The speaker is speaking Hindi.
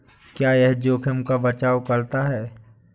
क्या यह जोखिम का बचाओ करता है?